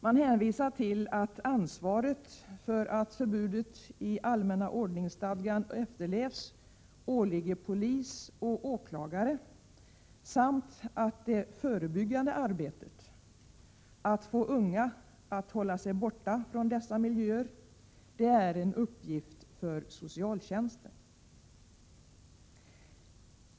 Man hänvisar till att ansvaret för att förbudet i allmänna ordningsstadgan efterlevs åligger polis och åklagare samt att det förebyggande arbetet — att få unga att hålla sig borta från dessa miljöer — är en uppgift för socialtjänsten.